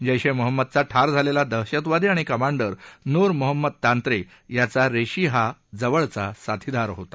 जैश ए मोहम्मदचा ठार झालेला दहशतवादी आणि कमांडर नूर मोहम्मद तांत्रे याचा रेशी हा जवळचा साथीदार होता